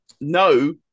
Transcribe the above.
No